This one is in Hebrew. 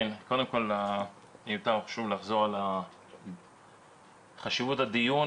קודם כל שוב לחזור על חשיבות הדיון,